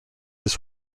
his